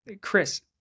Chris